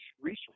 resource